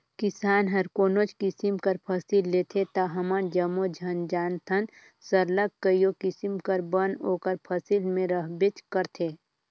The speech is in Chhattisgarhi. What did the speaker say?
किसान हर कोनोच किसिम कर फसिल लेथे ता हमन जम्मो झन जानथन सरलग कइयो किसिम कर बन ओकर फसिल में रहबेच करथे